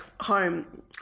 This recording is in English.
home